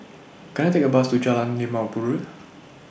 Can I Take A Bus to Jalan Limau Purut